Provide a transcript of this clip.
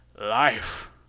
Life